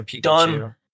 done